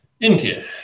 India